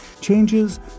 Changes